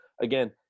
again